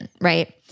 right